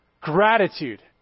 Gratitude